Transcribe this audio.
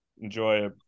enjoy